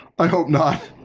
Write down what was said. i hope not.